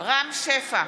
רם שפע,